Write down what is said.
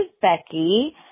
Becky